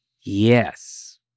Yes